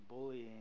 bullying